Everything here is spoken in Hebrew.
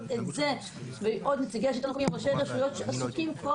את זה בעוד נציגי השלטון המקומי או ראשי רשויות שעסוקים כל